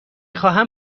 خواهم